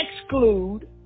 exclude